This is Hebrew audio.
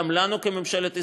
גם לנו בממשלת ישראל,